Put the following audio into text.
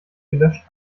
gelöscht